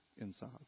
inside